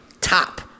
top